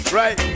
right